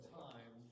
time